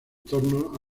torno